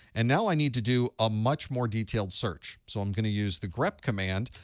and now i need to do a much more detailed search. so i'm going to use the grep command.